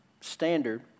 Standard